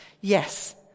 yes